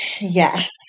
Yes